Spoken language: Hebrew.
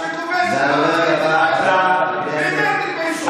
עם שכובש עם אחר, תתביישו.